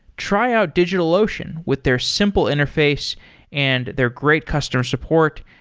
try out digitalocean with their simple interface and their great customer support,